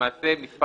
למעשה,